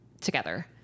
together